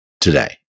today